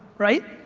right?